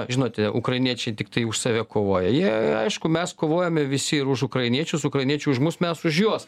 žinote ukrainiečiai tiktai už save kovoja jie aišku mes kovojame visi ir už ukrainiečius ukrainiečiai už mus mes už juos